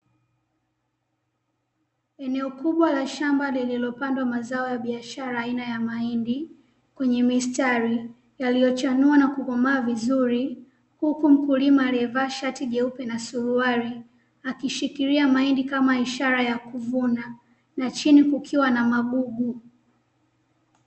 Eneo kubwa la shamba lililopandwa mazao ya biashara aina ya mahindi kwenye mistari, yaliyochanua na kukomaa vizuri, huku mkulima aliyevaa shati jeupe na suruali, akishikilia mahindi kama ishara ya kuvuna na chini kukiwa na magugu.